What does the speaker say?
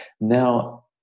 Now